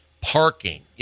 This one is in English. parking